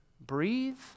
breathe